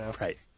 Right